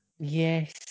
Yes